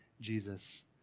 Jesus